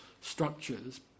structures